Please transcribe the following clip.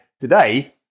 today